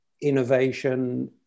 innovation